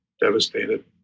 devastated